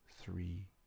three